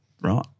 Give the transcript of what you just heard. Right